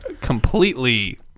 completely